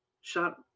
Shot